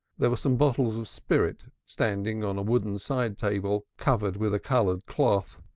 there were some bottles of spirit, standing on a wooden side-table covered with a colored cloth,